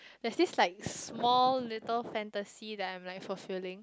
there's this like small little fantasy that I am fulfilling